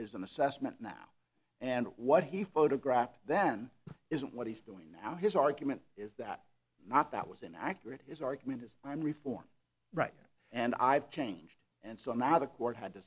the assessment now and what he photographed then is what he's doing now his argument is that not that was inaccurate his argument is i'm reform right and i've changed and some other court had th